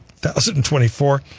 2024